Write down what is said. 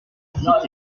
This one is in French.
sac